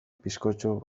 bizkotxo